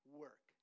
work